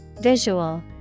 Visual